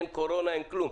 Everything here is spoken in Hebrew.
אין קורונה, אין כלום.